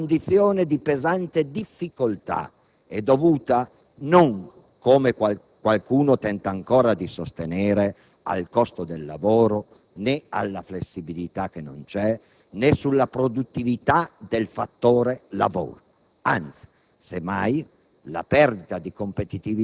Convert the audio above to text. A questo proposito, vorrei però sottolineare, che la pesante condizione di difficoltà è dovuta non, come qualcuno tenta ancora di sostenere, al costo del lavoro, né alla flessibilità che non c'è, né alla produttività del fattore lavoro,